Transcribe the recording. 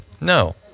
no